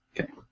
Okay